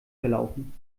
verlaufen